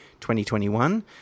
2021